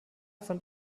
fand